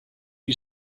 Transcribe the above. you